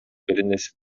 беренеси